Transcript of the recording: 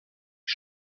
die